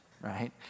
right